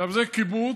זה קיבוץ,